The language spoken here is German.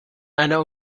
einer